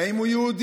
האם הוא יהודי,